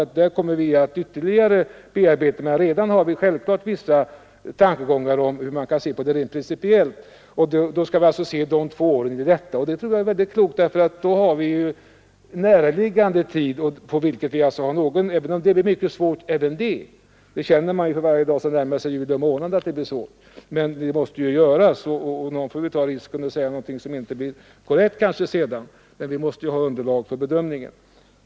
Givetvis kommer vi att bearbeta det förslaget ytterligare, men vi har redan nu vissa tankegångar om hur man kan betrakta de frågorna rent principiellt. Och då kan vi se de två näraliggande åren i det rätta perspektivet, vilket jag tror är mycket klokt. Även det är emellertid svårt, det känner vi allt starkare för varje dag som vi närmar oss juli månad, men det är något som ändå måste göras, och någon får ta risken att säga sådant som sedan kanske visar sig inte vara helt korrekt. Vi måste ju ha underlag för bedömningen.